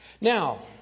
Now